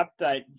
update